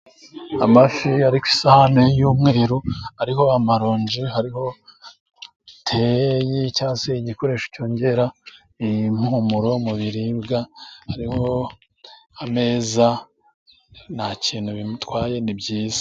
Amafi ari ku isahani y'umweru, ariho amaronje, hariho te y’icyatsi, igikoresho cyongera impumuro mu biribwa. Hariho ameza, nta kintu bimutwaye, ni byiza.